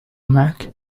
معك